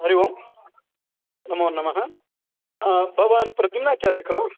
हरिः ओम् नमोनमः भवान् प्रतिमाचार्यः खलु